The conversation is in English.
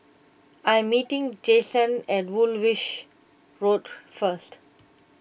I am meeting Jason at Woolwich Road first